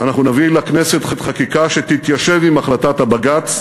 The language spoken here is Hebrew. אנחנו נביא לכנסת חקיקה שתתיישב עם החלטת הבג"ץ,